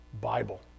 Bible